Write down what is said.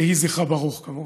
יהי זכרה ברוך, כמובן.